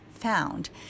found